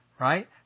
right